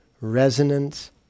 resonance